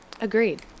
Agreed